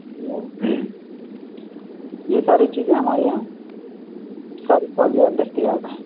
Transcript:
hello یہ ساری چیزیں ہمارے یہاں دستیاب ہیں